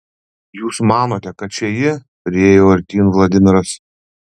jūs manote kad čia ji priėjo artyn vladimiras